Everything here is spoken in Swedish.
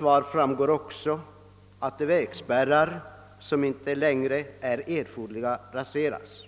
Det framgår också av svaret att de vägspärrar som inte löngre är erforderliga raseras.